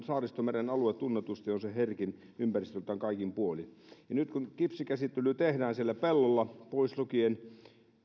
saaristomeren aluehan tunnetusti on ympäristöltään herkin kaikin puolin nyt kun kipsikäsittely tehdään siellä pellolla pois lukien